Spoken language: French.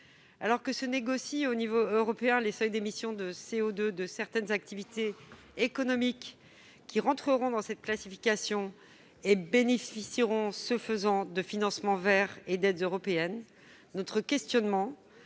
Alors que se négocient au niveau européen les seuils d'émissions de CO2 de certaines activités économiques qui entreront dans cette classification, et donc bénéficieront de financements verts et d'aides européennes, notre questionnement,